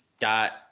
got